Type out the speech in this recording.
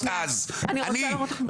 אף אחד אני מצטערת.